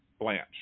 Blanche